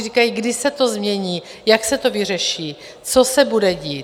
Říkají, kdy se to změní, jak se to vyřeší, co se bude dít?